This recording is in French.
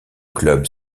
clubs